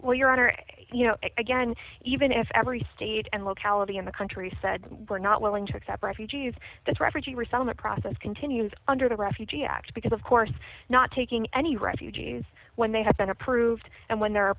well your honor and you know again even if every state and locality in the country said we're not willing to accept refugees that refugee resettlement process continues under the refugee act because of course not taking any refugees when they have been approved and when there are